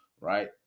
right